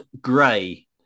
gray